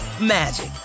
magic